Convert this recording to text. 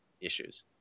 issues